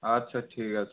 আচ্ছা ঠিক আছে